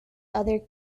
other